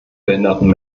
behinderten